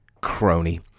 crony